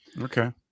okay